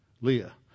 Leah